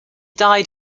died